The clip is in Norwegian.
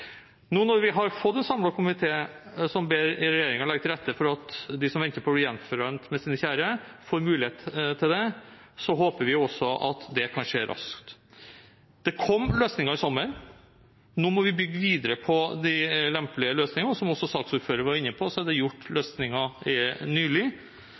Nå som vi har fått en samlet komité som ber regjeringen legge til rette for at de som venter på å bli gjenforent med sine kjære, får mulighet til det, håper vi også at det kan skje raskt. Det kom løsninger i sommer. Nå må vi bygge videre på de lempelige løsningene, og som saksordføreren var inne på, har det kommet løsninger nylig.